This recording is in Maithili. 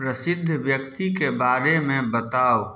प्रसिद्ध व्यक्तिके बारेमे बताउ